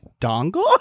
Dongle